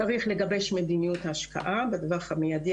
צריך לגבש מדיניות השקעה בטווח המיידי,